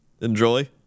Enjoy